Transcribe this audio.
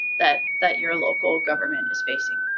that that your local government is facing.